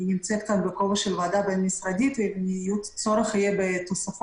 אני נמצאת בכובע של הוועדה הבין משרדית ואם יהיה צורך בתוספות,